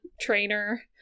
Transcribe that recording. trainer